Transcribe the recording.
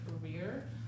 career